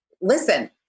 listen